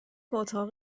اتاق